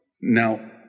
Now